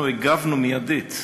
אנחנו הגבנו מיידית